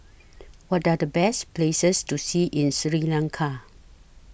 What Are The Best Places to See in Sri Lanka